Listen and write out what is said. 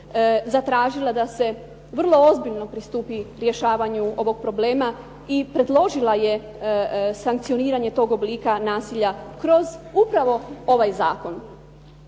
zatražila da se vrlo ozbiljno pristupi rješavanju ovog problema. I predložila je sankcioniranje tog oblika nasilja kroz upravo ovaj zakon.